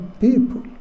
people